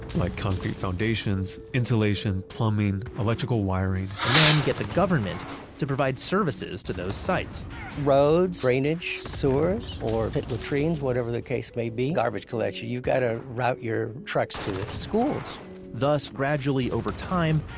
like concrete foundations installation, plumbing, electrical wiring, and then get the government to provide services to those sites roads, drainage, sewer or pit latrines, whatever the case may be, garbage collection. you've got to route your trucks to the schools thus gradually over time,